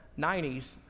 90s